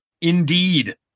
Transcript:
Indeed